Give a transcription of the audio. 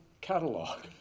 catalog